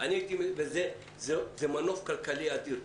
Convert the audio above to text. זה מנוף כלכלי אדיר,